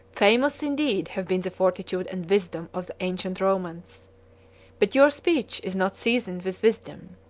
famous indeed have been the fortitude and wisdom of the ancient romans but your speech is not seasoned with wisdom,